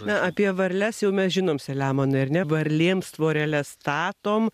na apie varles jau mes žinom selemonai ar ne varlėms tvoreles statom